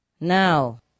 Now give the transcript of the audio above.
Now